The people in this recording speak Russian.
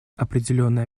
определенное